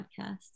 podcast